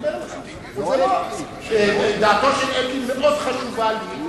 דעתו של אלקין מאוד חשובה לי,